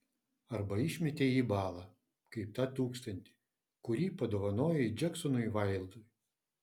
arba išmetei į balą kaip tą tūkstantį kurį padovanojai džeksonui vaildui